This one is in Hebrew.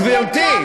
גברתי,